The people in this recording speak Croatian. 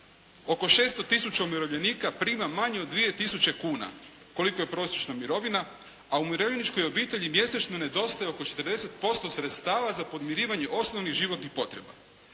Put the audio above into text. oko 600 tisuća umirovljenika prima manje od 2 tisuće kuna koliko je prosječna mirovina, a u umirovljeničkoj obitelji mjesečno nedostaje oko 40% sredstava za podmirivanje osnovnih životnih potreba.